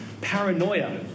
paranoia